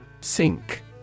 Sink